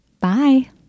Bye